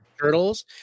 turtles